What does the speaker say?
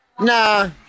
Nah